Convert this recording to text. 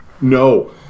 no